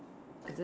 is it